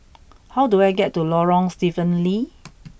how do I get to Lorong Stephen Lee